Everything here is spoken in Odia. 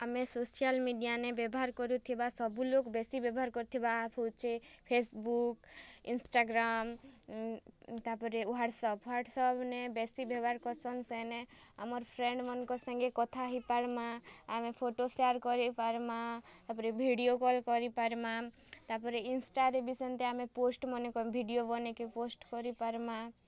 ଆମେ ସୋସିଆଲ ମିଡ଼ିଆନେ ବେବ୍ୟହାର କରୁଥିମା ସବୁ ଲୋକ ବେଶୀ ବ୍ୟବହାର କରୁଥିବା ଆପ୍ ହଉଛେ ଫେସବୁକ ଇନଷ୍ଟାଗ୍ରାମ୍ ତାପରେ ହ୍ୱାଟସପ୍ ହ୍ୱାଟସପ୍ ନେ ବେଶୀ ବ୍ୟବହାର କର୍ସନ୍ ସେନେ ଆମର ଫ୍ରେଣ୍ଡମାନଙ୍କ ସାଙ୍ଗେ କଥା ହେଇ ପାର୍ମା ଆମେ ଫୋଟ ସେୟାର କରି ପାର୍ମା ତାପରେ ଭିଡ଼ିଓ କଲ କରି ପାର୍ମା ତାପରେ ଇନ୍ଷ୍ଟାରେ ବି ସେମିତି ଆମେ ପୋଷ୍ଟମାନେ କର ଭିଡ଼ିଓ ବନେଇ କରି ପୋଷ୍ଟ କରି ପାର୍ମା